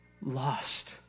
lost